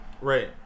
right